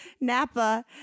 Napa